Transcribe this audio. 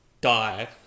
die